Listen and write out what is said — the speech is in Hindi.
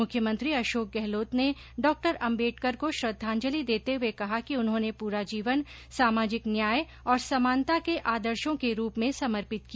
मुख्यमंत्री अशोक गहलोत ने डॉ अम्बेडकर को श्रद्वांजलि देते हुये कहा कि उन्होने पूरा जीवन सामाजिक न्याय और समानता के आदर्शों के रूप में समर्पित किया